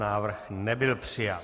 Návrh nebyl přijat.